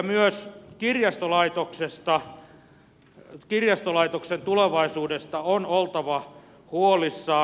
myös kirjastolaitoksen tulevaisuudesta on oltava huolissaan